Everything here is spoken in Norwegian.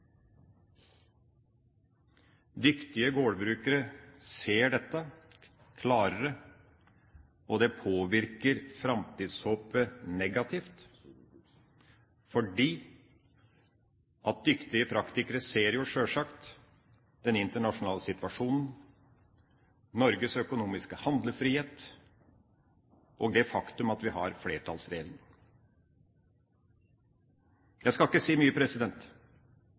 Dyktige gårdbrukere ser dette klarere, og det påvirker framtidshåpet negativt fordi at dyktige praktikere ser jo sjølsagt den internasjonale situasjonen, Norges økonomiske handlefrihet og det faktum at vi har flertallsregjering. Jeg skal ikke si mye.